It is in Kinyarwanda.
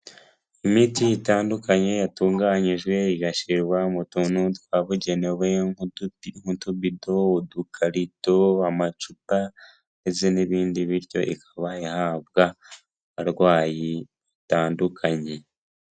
Imiti itandukanye yatunganyijwe igashyirwa mu tuntu twabugenewe nk'utubido, udukarito, amacupa ndetse n'ibindi, bityo ikaba ihabwa abarwayi batandukanye.